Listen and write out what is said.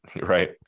right